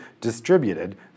distributed